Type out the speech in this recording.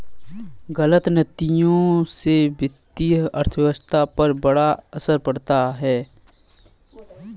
गलत नीतियों से वित्तीय अर्थव्यवस्था पर बड़ा असर पड़ता है